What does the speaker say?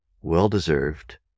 Well-deserved